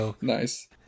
Nice